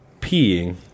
peeing